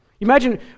Imagine